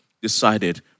decided